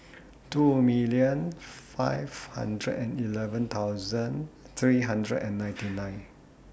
two million five hundred and eleven thousand three hundred and ninety nine